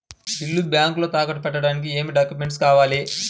ఇల్లు బ్యాంకులో తాకట్టు పెట్టడానికి ఏమి డాక్యూమెంట్స్ కావాలి?